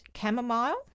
chamomile